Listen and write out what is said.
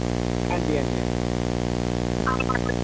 हांजी हांजी हांजी हांजी